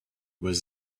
was